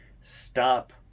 Stop